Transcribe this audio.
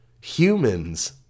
humans